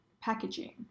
packaging